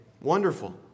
Wonderful